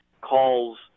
calls